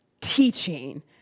teaching